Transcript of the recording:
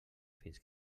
fins